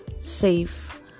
safe